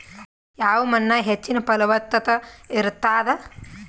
ಯಾವ ಮಣ್ಣಾಗ ಹೆಚ್ಚಿನ ಫಲವತ್ತತ ಇರತ್ತಾದ?